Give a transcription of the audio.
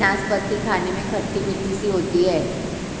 नाशपती खाने में खट्टी मिट्ठी सी होती है